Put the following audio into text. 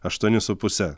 aštuoni su puse